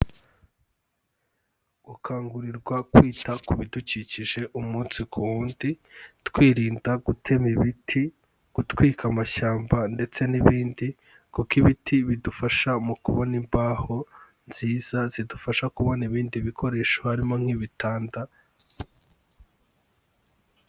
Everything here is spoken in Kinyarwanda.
Gukangurirwa kwita ku bidukikije umunsi ku wundi, twirinda gutema ibiti, gutwika amashyamba ndetse n'ibindi kuko ibiti bidufasha mu kubona imbaho nziza zidufasha kubona ibindi bikoresho harimo nk'ibitanda.